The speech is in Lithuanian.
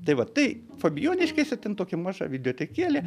tai vat tai fabijoniškėse ten tokia maža videotekėlė